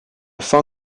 fin